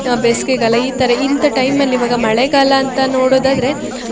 ಬೇಸಿಗೆಗಾಲ ಈ ಥರ ಇಂಥ ಟೈಮಲ್ಲಿ ಇವಾಗ ಮಳೆಗಾಲ ಅಂತ ನೋಡೋದಾದ್ರೆ